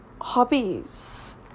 hobbies